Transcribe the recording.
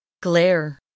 Glare